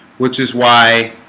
which is why